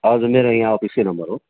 हजुर मेरो यहाँ अफिसकै नम्बर हो